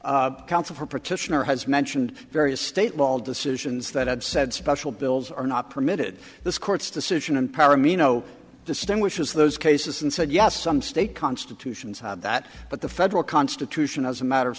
council for partition or has mentioned various state law all decisions that had said special bills are not permitted this court's decision and power mino distinguishes those cases and said yes some state constitutions that but the federal constitution as a matter of